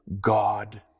God